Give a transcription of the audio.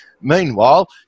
Meanwhile